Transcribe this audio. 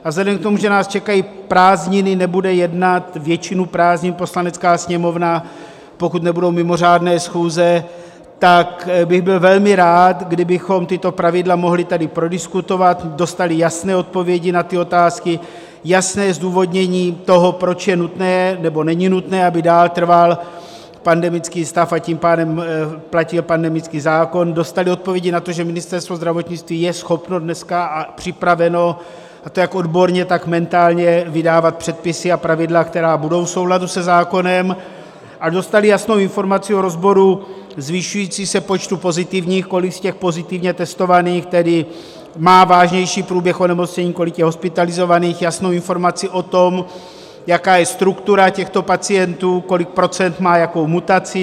A vzhledem k tomu, že nás čekají prázdniny, nebude jednat většinu prázdnin Poslanecká sněmovna, pokud nebudou mimořádné schůze, tak bych byl velmi rád, kdybychom mohli tato pravidla tady prodiskutovat, dostali jasné odpovědi na ty otázky, jasné zdůvodnění toho, proč je nutné nebo není nutné, aby dál trval pandemický stav, a tím pádem platil pandemický zákon, dostali odpovědi na to, že Ministerstvo zdravotnictví je schopno dneska a připraveno jak odborně, tak mentálně vydávat předpisy a pravidla, která budou v souladu se zákonem, a dostali jasnou informaci o rozboru zvyšujícího se počtu pozitivních, kolik z těch pozitivně testovaných má vážnější průběh onemocnění, kolik je hospitalizovaných, jasnou informaci o tom, jaká je struktura těchto pacientů, kolik procent má jakou mutaci.